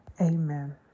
Amen